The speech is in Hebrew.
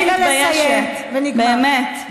הייתי מתביישת, באמת.